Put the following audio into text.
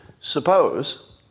Suppose